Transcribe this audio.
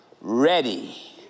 Ready